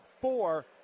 four